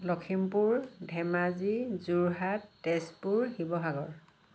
Lakhimpur Dhemaji Jorhat Tezpur Sivasagar